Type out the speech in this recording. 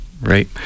right